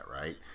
right